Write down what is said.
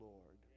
Lord